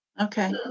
Okay